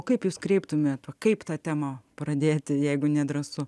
kaip jūs kreiptumėtės kaip tą temą pradėti jeigu nedrąsu